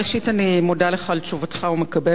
אני מודה לך על תשובתך ומקבלת אותה.